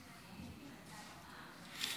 חמש דקות לרשותך,